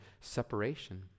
separation